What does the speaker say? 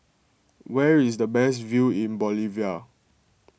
where is the best view in Bolivia